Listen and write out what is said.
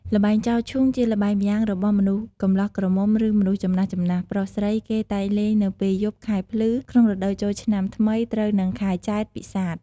ល្បែងចោលឈូង ជាល្បែងម្យ៉ាង របស់មនុស្សកំលោះក្រមុំ ឬមនុស្សចំណាស់ៗ ប្រុសស្រី គេតែងលេងនៅពេលយប់ ខែភ្លឺ ក្នុងរដូវចូលឆ្នាំថ្មី ត្រូវនិង ខែចេត្រ ពិសាខ។